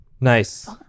Nice